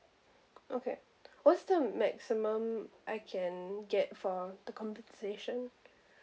okay what's the maximum I can get for the compensation